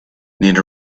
need